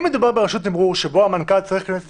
אם מדובר ברשות תימרור שבה המנכ"ל צריך לכנס את